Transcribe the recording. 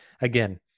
Again